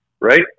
right